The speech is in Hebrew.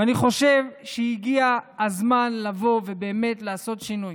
ואני חושב שהגיע הזמן לבוא ובאמת לעשות שינוי.